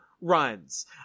runs